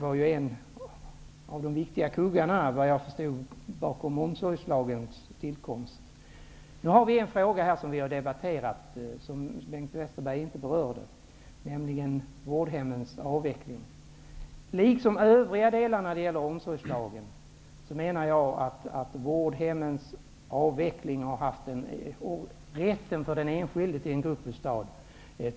Allan Everitt var, såvitt jag förstår, en av de viktiga kuggarna när det gäller tillkomsten av omsorgslagen. En fråga som har debatterats här och som Bengt Westerberg inte berört gäller vårdhemmens avveckling. Liksom när det gäller övriga delar av omsorgslagen menar jag att att detta med den enskildes rätt till en gruppbostad har varit väldigt betydelsefullt.